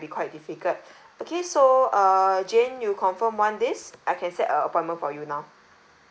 be quite difficult okay so err jane you confirmed want this I can set a appointment for you now